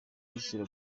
bazira